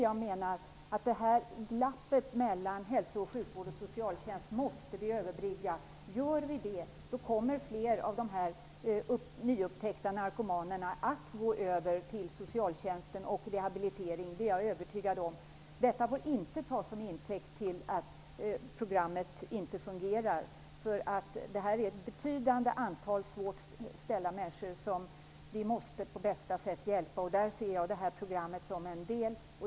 Jag menar att det här glappet mellan just hälso och sjukvården och socialtjänsten måste överbryggas. Gör vi det, kommer fler nyupptäckta narkomaner att gå över till socialtjänsten och till rehabilitering. Det är jag övertygad om. Detta får dock inte tas som intäkt för att programmet inte fungerar. Det handlar ju om ett betydande antal människor som har det svårt ställt och som vi på bästa sätt måste hjälpa. Där ser jag detta program som en del.